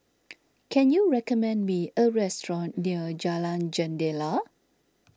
can you recommend me a restaurant near Jalan Jendela